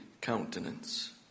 countenance